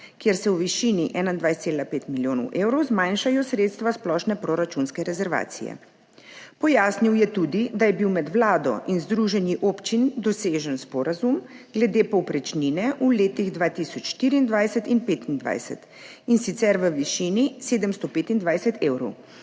kjer se v višini 21,5 milijonov evrov zmanjšajo sredstva splošne proračunske rezervacije. Pojasnil je tudi, da je bil med Vlado in Združenjem občin dosežen sporazum glede povprečnine v letih 2024 in 2025, in sicer v višini 725 evrov.